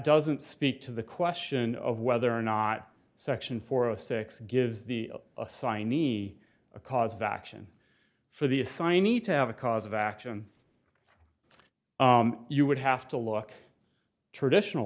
doesn't speak to the question of whether or not section four of six gives the assignee a cause of action for the assignee to have a cause of action you would have to look traditional